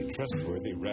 Trustworthy